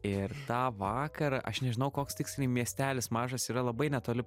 ir tą vakarą aš nežinau koks tiksliai miestelis mažas yra labai netoli